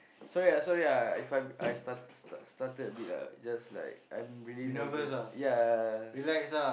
sorry ah sorry ah If I I stutter stutter abit ah I just like I'm really nervous ya